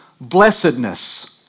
blessedness